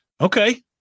Okay